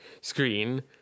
screen